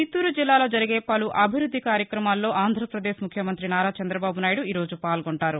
చిత్తూరు జిల్లాలో జరిగే పలు అభివృద్ది కార్యక్రమాల్లో ఆంధ్రపదేశ్ ముఖ్యమంత్రి నారా చంద్రబాబు నాయుడు ఈరోజు పాల్గొంటారు